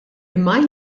imma